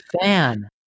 fan